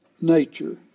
nature